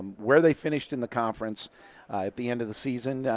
where they finished in the conference at the end of the season.